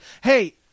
Hey